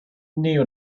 knew